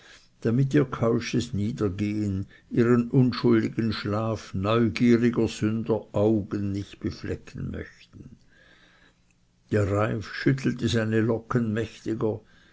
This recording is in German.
damit ihr keusches niedergehn ihren unschuldigen schlaf neugieriger sünder augen nicht beflecken möchten der reif schüttelte seine locken mächtiger